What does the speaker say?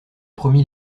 promis